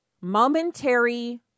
momentary